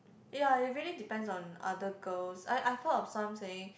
ya it really depends on other girls I I heard of some saying